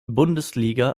bundesliga